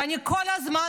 ואני כל הזמן,